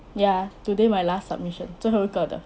ya today my last submission 最后一个的